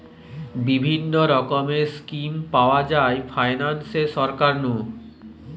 বিভিন্ন রকমের স্কিম পাওয়া যায় ফাইনান্সে সরকার নু